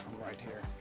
right here.